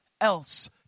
else